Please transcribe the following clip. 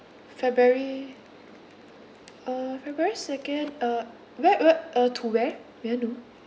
february uh february second uh where where uh to where may I know